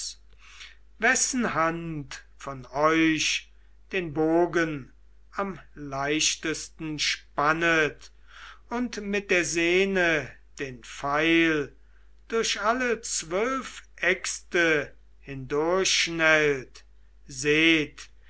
wessen hand von euch den bogen am leichtesten spannet und mit der senne den pfeil durch alle zwölf äxte hindurchschnellt seht